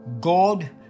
God